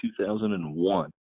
2001